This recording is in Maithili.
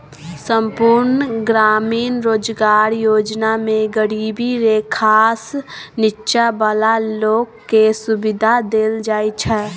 संपुर्ण ग्रामीण रोजगार योजना मे गरीबी रेखासँ नीच्चॉ बला लोक केँ सुबिधा देल जाइ छै